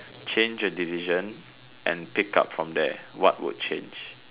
change a decision and pick up from there what would change